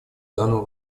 данному